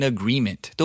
Agreement